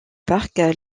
parc